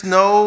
no